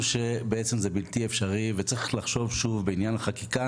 והמפגש הזה מאוד חשוב דווקא בגלל שאנחנו מפיקים לקחים אחרי ההצלחות,